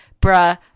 bruh